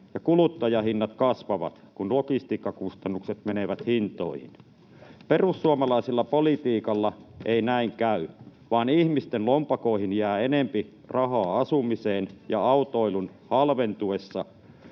ja kuluttajahinnat kasvavat, kun logistiikkakustannukset menevät hintoihin. Perussuomalaisella politiikalla ei näin käy, vaan autoilun halventuessa ihmisten lompakoihin jää enempi rahaa asumiseen ja yrityksille jää enemmän